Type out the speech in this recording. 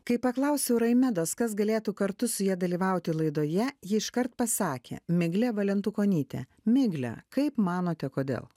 kai paklausiau raimedos kas galėtų kartu su ja dalyvauti laidoje ji iškart pasakė miglė valentukonytė migle kaip manote kodėl